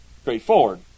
straightforward